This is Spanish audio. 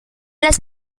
las